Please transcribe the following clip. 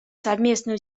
совместные